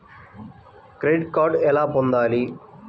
Credit card ఎలా పొందాలి?